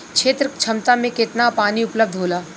क्षेत्र क्षमता में केतना पानी उपलब्ध होला?